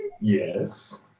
Yes